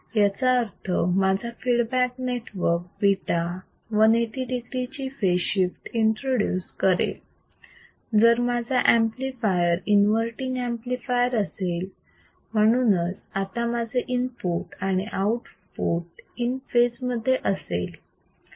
याचा अर्थ माझा फीडबॅक नेटवक β 180 degree ची फेज शिफ्ट इंट्रोड्युस करेल जर माझा ऍम्प्लिफायर इन्वर्तींग अंपलिफायर असेल म्हणूनच आता माझे इनपुट आणि आउटपुट इन फेज मध्ये असेल